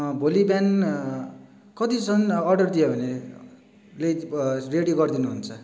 भोलि बिहान कतिसम्म अर्डर दियो भने ल्याई रेडी गरिदिनु हुन्छ